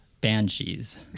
banshees